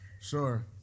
Sure